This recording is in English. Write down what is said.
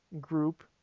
group